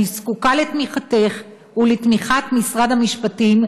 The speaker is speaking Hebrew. אני זקוקה לתמיכתך ולתמיכת משרד המשפטים,